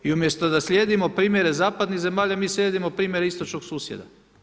I umjesto da slijedimo primjere zapadnih zemalja, mi slijedimo primjer istočnog susjeda.